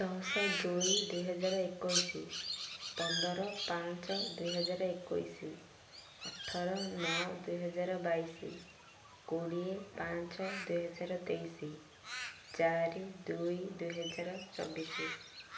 ଦଶ ଦୁଇ ଦୁଇହଜାର ଏକୋଇଶ ପନ୍ଦର ପାଞ୍ଚ ଦୁଇହଜାର ଏକୋଇଶ ଅଠର ନଅ ଦୁଇହଜାର ବାଇଶ କୋଡ଼ିଏ ପାଞ୍ଚ ଦୁଇହଜାର ତେଇଶ ଚାରି ଦୁଇ ଦୁଇହଜାର ଚବିଶ